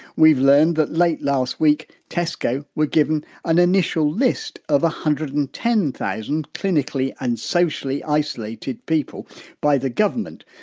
we've learned that late last week tesco were given an initial list of one hundred and ten thousand clinically and socially isolated people by the government,